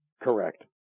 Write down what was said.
Correct